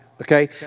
Okay